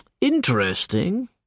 Interesting